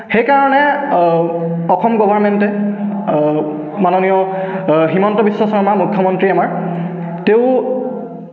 সেইকাৰণে অসম গভাৰ্মেণ্টে মাননীয় হিমন্ত বিশ্ব শৰ্মা মুখ্যমন্ত্ৰী আমাৰ তেওঁ